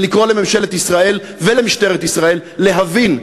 לקרוא לממשלת ישראל ולמשטרת ישראל להבין,